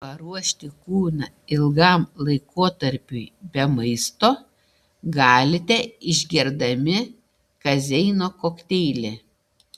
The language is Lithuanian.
paruošti kūną ilgam laikotarpiui be maisto galite išgerdami kazeino kokteilį